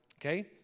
Okay